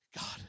God